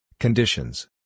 Conditions